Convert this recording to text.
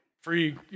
free